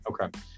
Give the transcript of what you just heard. Okay